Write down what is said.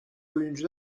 oyuncu